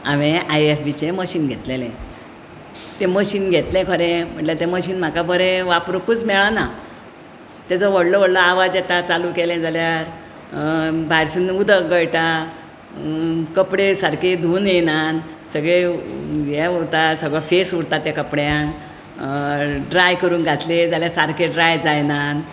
हांवे I F बीचें machine घेतलेलें तें मशीन घेतले खरें म्हणल्यार तें मशीन म्हाका बरें वापरूंकच मेळना तेजो व्हडलो व्हडलो आवाज येता चालू केले जाल्यार भायरसून उदक गळटा कपडे सारके धूवन येनात सगळे हे उरता सगळो फेस उरता त्या कपड्यांक ड्राय करूंक घातले जाल्यार सारकें ड्राय जायनात